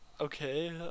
okay